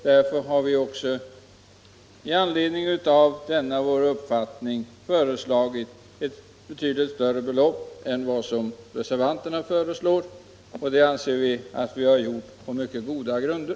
Därför har vi också föreslagit ett betydligt större belopp till biblioteken än reservanterna föreslår, och det anser vi att vi har gjort på mycket goda grunder.